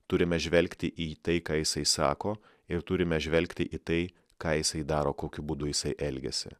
turime žvelgti į tai ką jisai sako ir turime žvelgti į tai ką jisai daro kokiu būdu jisai elgiasi